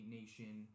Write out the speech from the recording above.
nation